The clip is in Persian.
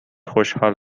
خوشحال